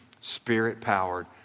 spirit-powered